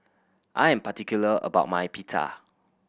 I'm particular about my Pita